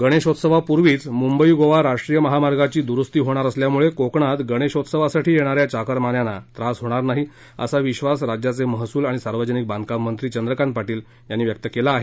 गणेशोत्सवापूर्वीच मुंबई गोवा महामार्गाची दुरुस्ती होणार असल्यामुळे कोकणात गणेशोत्सवासाठी येणाऱ्या चाकरमान्यांना त्रास होणार नाही असा विक्षास राज्याचे महसूल आणि सार्वजनिक बांधकाम मंत्री चंद्रकांत पाटील यांनी व्यक्त केला आहे